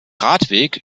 radweg